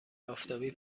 آفتابی